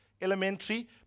elementary